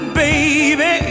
baby